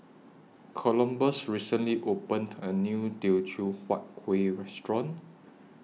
Columbus recently opened A New Teochew Huat Kuih Restaurant